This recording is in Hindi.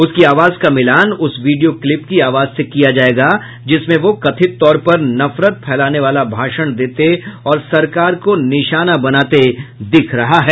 उसकी आवाज का मिलान उस वीडियो क्लिप की आवाज से किया जायेगा जिसमें वह कथित तौर पर नफरत फैलाने वाला भाषण देते और सरकार को निशाना बनाते दिख रहा है